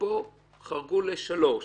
ופה חרגו לשלוש.